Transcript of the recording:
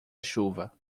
chuva